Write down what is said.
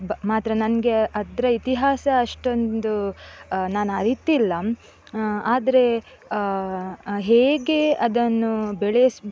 ಬ ಮಾತ್ರ ನನಗೆ ಅದರ ಇತಿಹಾಸ ಅಷ್ಟೊಂದು ನಾನು ಅರಿತಿಲ್ಲ ಆದರೆ ಹೇಗೆ ಅದನ್ನು ಬೆಳೆಸಿ